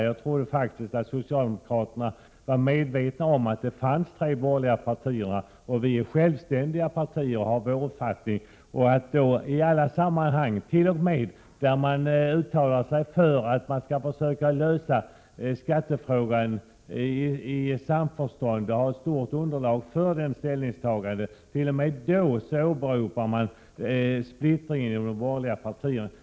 Jag trodde faktiskt att socialdemokraterna var medvetna om att det fanns tre borgerliga partier och att vi är självständiga partier som har våra olika uppfattningar. T. o. m. när vi uttalar oss för att försöka lösa skattefrågan i samförstånd och har stort underlag för det ställningstagandet, åberopar man splittringen inom de borgerliga partierna.